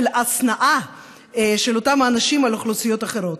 של השנאה של אותם אנשים על אוכלוסיות אחרות.